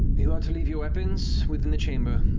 you are to leave your weapons within the chamber.